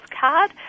Card